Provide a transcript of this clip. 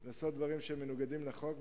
לעשות דברים שהם מנוגדים לחוק,